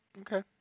Okay